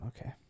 okay